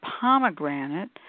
pomegranate